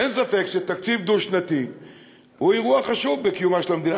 אין ספק שתקציב דו-שנתי הוא אירוע חשוב בקיומה של המדינה.